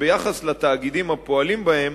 שעל התאגידים הפועלים בהם